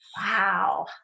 Wow